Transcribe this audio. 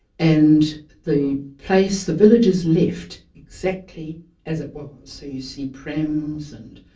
and the place, the village is left exactly as it was so you see prams, and